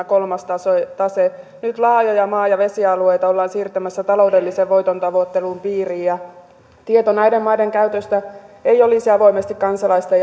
kolmas tase tase nyt laajoja maa ja vesialueita ollaan siirtämässä taloudellisen voiton tavoittelun piiriin ja tieto näiden maiden käytöstä ei olisi avoimesti kansalaisten